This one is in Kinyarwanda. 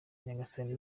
nyagasani